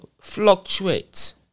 fluctuate